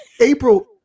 April